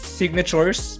signatures